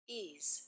ease